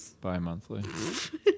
bi-monthly